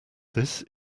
this